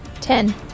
Ten